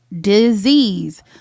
disease